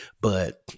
But-